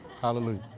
Hallelujah